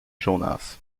jonas